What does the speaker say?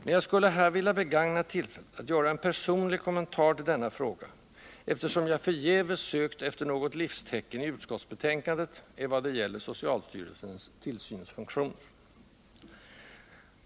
Men jag skulle här också vilja begagna tillfället att göra en personlig kommentar till denna fråga — eftersom jag förgäves sökt efter något livstecken i utskottsbetänkandet vad det gäller socialstyrelsens tillsynsfunktioner.